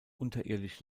unterirdisch